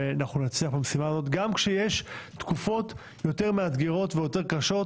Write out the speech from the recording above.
ואנחנו נצליח במשימה הזאת גם כשיש תקופות יותר מאתגרות ויותר קשות,